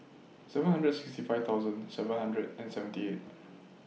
seven hundred sixty five thousand seven hundred and seventy eight